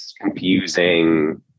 confusing